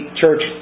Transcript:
church